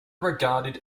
regarded